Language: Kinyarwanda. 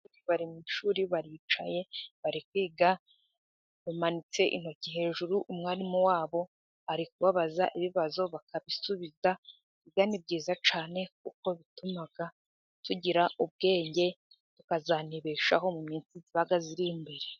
Aba bari mu ishuri baricaye bari kwiga . Bamanitse intoki hejuru, umwarimu wabo ari kubabaza ibibazo bakabisubiza . Kwiga ni byiza cyane, kuko bituma tugira ubwenge, tukazanibeshaho minsi izaza iri imbere.